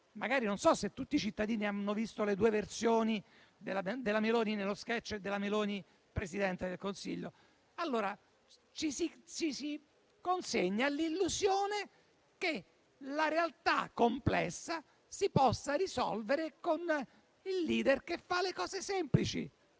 Non so se tutti i cittadini hanno visto le due versioni della Meloni nello *sketch* e della Meloni presidente del Consiglio. Ci si consegna all'illusione che la realtà complessa si possa risolvere con il *leader* che fa le cose semplici,